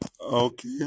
Okay